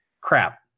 crap